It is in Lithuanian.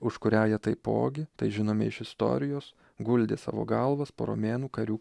už kurią jie taipogi tai žinome iš istorijos guldė savo galvas po romėnų karių